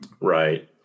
Right